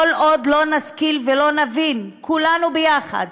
כל עוד לא נשכיל ולא נבין כולנו ביחד,